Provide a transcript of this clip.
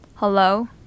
hello